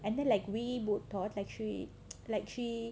and then like we both thought like she like she